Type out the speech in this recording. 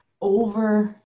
over